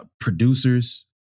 producers